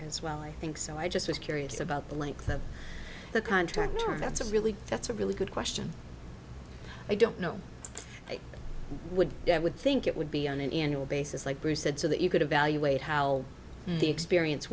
as well i think so i just was curious about the length of the contract or that's a really that's a really good question i don't know why would i would think it would be on an annual basis like bruce said so that you could evaluate how the experience